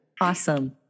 Awesome